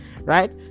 right